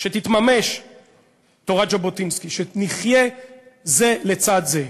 שתתממש תורת ז'בוטינסקי, שנחיה זה לצד זה.